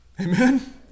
Amen